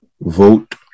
Vote